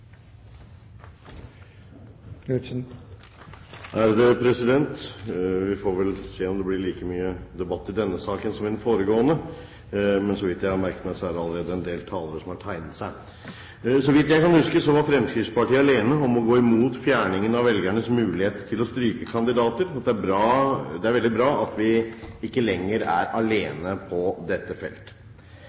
Vi får vel se om det blir like mye debatt i denne saken som i den forrige. Så vidt jeg har merket meg, er det allerede en del talere som har tegnet seg. Så vidt jeg kan huske, var Fremskrittspartiet alene om å gå imot fjerning av velgernes mulighet til å stryke kandidater. Det er veldig bra at vi ikke lenger er alene på dette feltet.